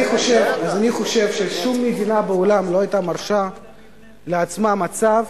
אני חושב ששום מדינה בעולם לא היתה מרשה לעצמה מצב